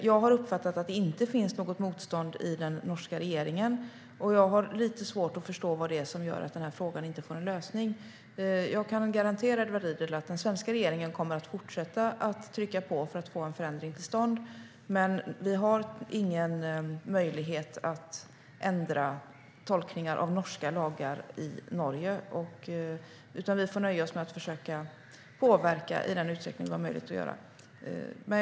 Jag har uppfattat att det inte finns något motstånd i den norska regeringen, och jag har lite svårt att förstå vad det är som gör att den här frågan inte får en lösning. Jag kan garantera Edward Riedl att den svenska regeringen kommer att fortsätta att trycka på för att få en förändring till stånd. Men vi har ingen möjlighet att ändra tolkningar av norska lagar i Norge, utan vi får nöja oss med att försöka påverka i den utsträckning vi har möjlighet att göra det.